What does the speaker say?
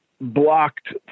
blocked